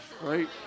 Right